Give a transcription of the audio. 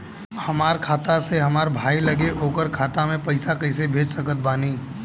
हमार खाता से हमार भाई लगे ओकर खाता मे पईसा कईसे भेज सकत बानी?